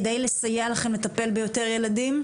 כדי לסייע לכם לטפל ביותר ילדים?